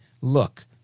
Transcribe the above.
Look